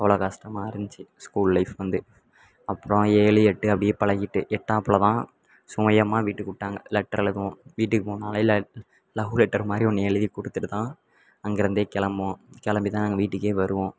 அவ்வளோ கஷ்டமா இருந்துச்சி ஸ்கூல் லைஃப் வந்து அப்புறம் ஏழு எட்டு அப்படியே பழகிட்டு எட்டாம் வகுப்பில்தான் சுயமாக வீட்டுக்கு விட்டாங்க லெட்ரு எழுதவும் வீட்டுக்கு போகணுன்னாலே லவ் லெட்டர் மாதிரி ஒன்று எழுதி கொடுத்துட்டுதான் அங்கிருந்தே கிளம்புவோம் கிளம்பிதான் எங்கள் வீட்டுக்கே வருவோம்